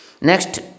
Next